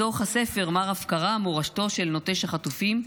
מתוך הספר "מר הפקרה, מורשתו של נוטש החטופים",